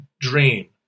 dream